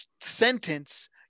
sentence